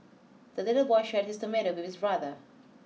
the little boy shared his tomato with his brother